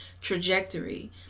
trajectory